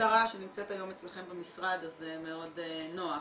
המשטרה שנמצאת היום אצלכם במשרד, אז זה מאוד נוח,